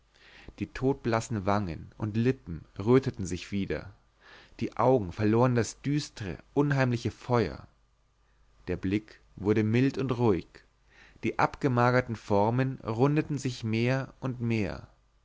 die todblassen wangen und lippen röteten sich wieder die augen verloren das düstre unheimliche feuer der blick wurde mild und ruhig die abgemagerten formen rundeten sich mehr und mehr